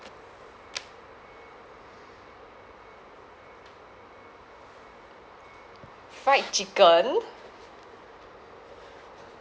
fried chicken